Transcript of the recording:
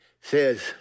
says